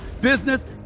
business